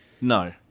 No